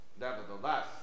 Nevertheless